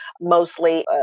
mostly